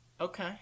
Okay